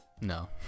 No